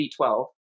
V12